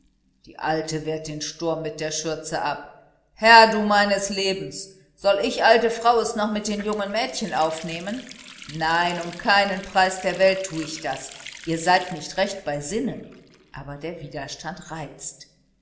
die alte wehrt den sturm mit der schürze ab herr du meines lebens soll ich alte frau es noch mit den jungen mädchen aufnehmen nein um keinen preis der welt tu ich das ihr seid nicht recht bei sinnen aber der widerstand reizt